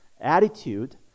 attitude